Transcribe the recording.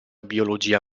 biologia